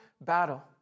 battle